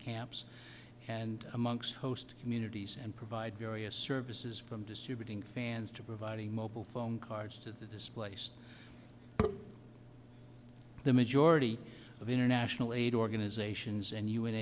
camps and amongst host communities and provide various services from distributing fans to providing mobile phone cards to the displaced the majority of international aid organizations and u